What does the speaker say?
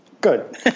Good